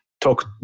talk